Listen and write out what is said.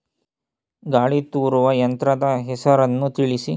ಗಾಳಿ ತೂರುವ ಯಂತ್ರದ ಹೆಸರನ್ನು ತಿಳಿಸಿ?